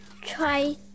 try